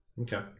Okay